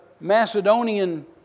Macedonian